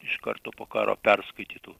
iš karto po karo perskaitytų